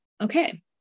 okay